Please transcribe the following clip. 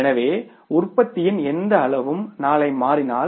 எனவே உற்பத்தியின் எந்த அளவும் நாளை மாறினால்